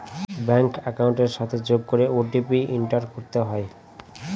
bank একাউন্টের সাথে যোগ করে ও.টি.পি এন্টার করতে হয়